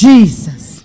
Jesus